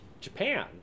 Japan